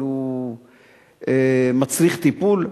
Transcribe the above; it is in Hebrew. אבל הוא מצריך טיפול.